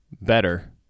better